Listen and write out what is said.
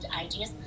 ideas